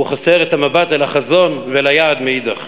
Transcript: והוא חסר את המבט אל החזון ואל היעד מאידך.